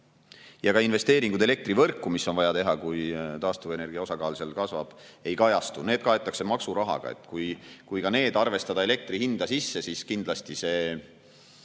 ja ka investeeringud elektrivõrku, mida on vaja teha, kui taastuvenergia osakaal seal kasvab, ei kajastu, need kaetakse maksurahaga. Kui ka need arvestada elektri hinda sisse, siis kindlasti see